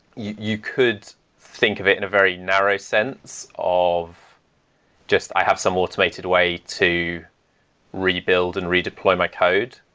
you could think of it in a very narrow sense of just, i have some automated way to rebuild and redeploy my code.